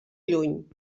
lluny